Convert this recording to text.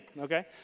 Okay